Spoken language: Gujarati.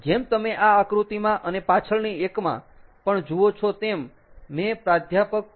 જેમ તમે આ આકૃતિમાં અને પાછળની એકમાં પણ જુઓ છો તેમ મે પ્રાધ્યાપક પી